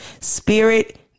Spirit